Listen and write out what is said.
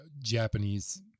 Japanese